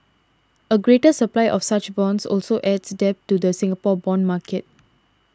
a greater supply of such bonds also adds depth to the Singapore bond market